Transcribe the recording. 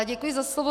Děkuji za slovo.